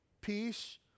peace